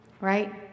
right